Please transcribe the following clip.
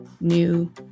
new